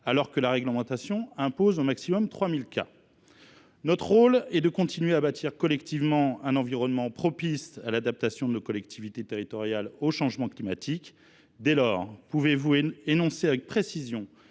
alors que la réglementation impose au maximum 3 000 kelvins. Notre rôle est de continuer à bâtir collectivement un environnement propice à l’adaptation de nos collectivités territoriales au changement climatique. Dès lors, pouvez vous énoncer avec précision